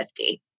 50